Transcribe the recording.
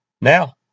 Now